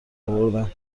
اوردم